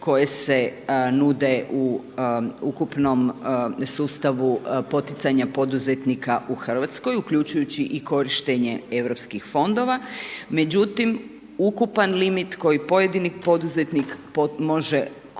koje se nude ukupnom sustavu poticanja poduzetnika u Hrvatskoj uključujući i korištenje europskih fondova. Međutim, ukupan limit koji pojedini poduzetnik može koristiti